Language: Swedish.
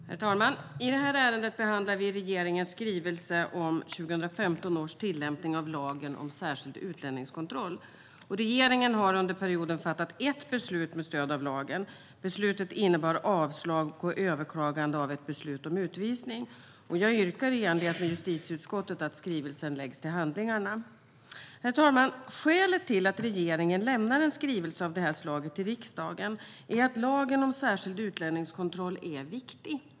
Herr talman! I det här ärendet behandlar vi regeringens skrivelse om 2015 års tillämpning av lagen om särskild utlänningskontroll. Regeringen har under perioden fattat ett beslut med stöd av lagen. Beslutet innebar avslag på överklagande av ett beslut om utvisning. Jag yrkar, i enlighet med justitieutskottets förslag, på att skrivelsen läggs till handlingarna. Herr talman! Skälet till att regeringen lämnar en skrivelse av det här slaget till riksdagen är att lagen om särskild utlänningskontroll är viktig.